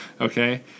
okay